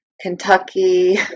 Kentucky